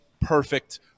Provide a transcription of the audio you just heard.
perfect